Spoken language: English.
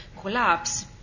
collapse